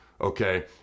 okay